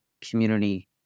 community